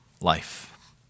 Life